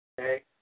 Okay